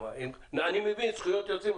אני מבין זכויות יוצרים,